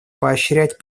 поощрять